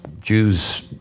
Jews